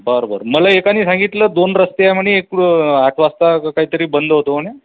बरं बरं मला एकाने सांगितलं दोन रस्ते आहे म्हणे एक आठ वाजता का काहीतरी बंद होतो म्हणे